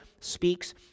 speaks